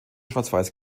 schwarzweiß